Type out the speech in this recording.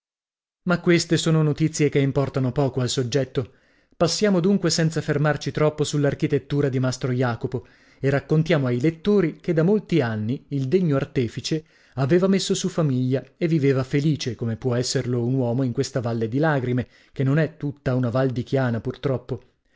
ma questo sono notizie che importano poco al soggetto passiamo dunque senza fermarci troppo sull'architettura di mastro jacopo e raccontiamo ai lettori che da molti anni il degno artefice aveva messo su famiglia e viveva felice come può esserlo un uomo in questa valle di lagrime che non è tutta una val di chiana